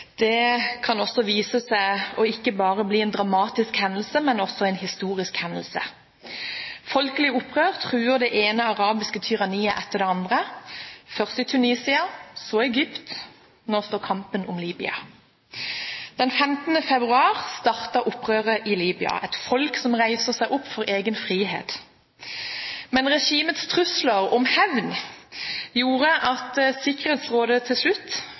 land, kan vise seg ikke bare å bli en dramatisk hendelse, men også en historisk hendelse. Folkelig opprør truer det ene arabiske tyranniet etter det andre, først i Tunisia, så i Egypt, og nå står kampen om Libya. Den 15. februar startet opprøret i Libya, et folk reiste seg opp for egen frihet. Regimets trusler om hevn gjorde at Sikkerhetsrådet til slutt